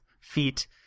feet